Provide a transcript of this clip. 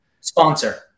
Sponsor